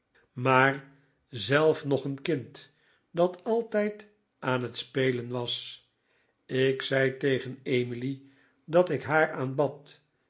maar zelf nog een kind dat altijd aan het spelen was ik zei tegen emily dat ik haar aanbad